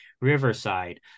Riverside